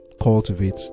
cultivate